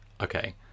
Okay